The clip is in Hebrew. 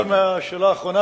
אתחיל דווקא מהשאלה האחרונה,